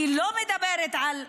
אני לא מדברת על,